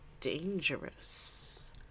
dangerous